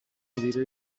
مدیره